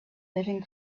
living